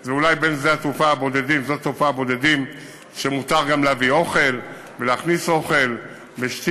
שזה אולי בין שדות התעופה הבודדים שמותר גם להכניס אליהם אוכל ושתייה,